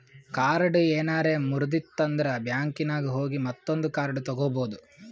card ಏನಾರೆ ಮುರ್ದಿತ್ತಂದ್ರ ಬ್ಯಾಂಕಿನಾಗ್ ಹೋಗಿ ಮತ್ತೊಂದು ಕಾರ್ಡ್ ತಗೋಬೋದ್